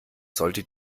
sollte